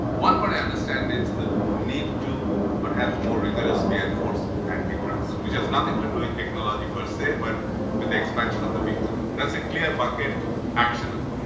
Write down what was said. one but understand is the need to perhaps more rigorously enforce anti-trust, which has nothing to do with technology per se, but with the expansion of the big cup, that's a clear bucket actionable.